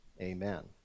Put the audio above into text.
amen